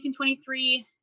1823